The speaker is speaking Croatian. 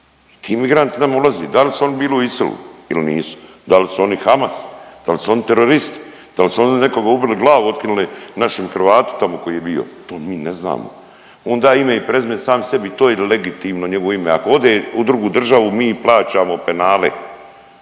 ti migranti normalno ulazi da li su oni bili u ISIL-u ili nisu, da li su oni Hamas, da li su oni teroristi, da li su oni nekoga ubili, glavu otkinuli našem Hrvatu tamo koji je bio, to mi ne znamo. On da ime i prezime sam sebi i to je legitimno njegovo ime, ako ode u drugu državu mi plaćamo penale,